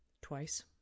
Twice